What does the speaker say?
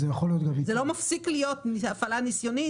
זה לא מפסיק להיות הפעלה ניסיונית.